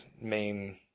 main